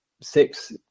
six